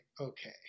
Okay